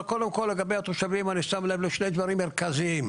לגבי התושבים אני שם לב לשני דברים מרכזיים: